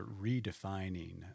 redefining